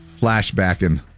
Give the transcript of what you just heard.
flashbacking